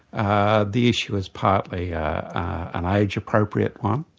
ah the issue is partly yeah an age-appropriate one,